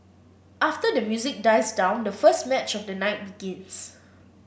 after the music dies down the first match of the night begins